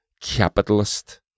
capitalist